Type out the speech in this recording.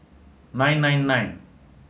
nine nine nine